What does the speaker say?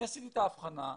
אני עשיתי את האבחנה,